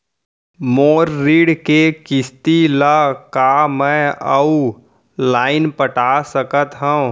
मोर ऋण के किसती ला का मैं अऊ लाइन पटा सकत हव?